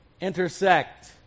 intersect